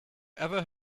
ever